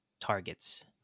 Targets